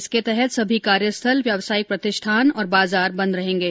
इसके तहत सभी कार्यस्थल व्यवसायिक प्रतिष्ठान और बाजार बंद रहेंगे